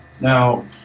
Now